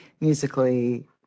musically